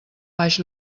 baix